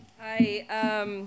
Hi